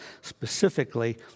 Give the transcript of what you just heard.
specifically